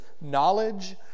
knowledge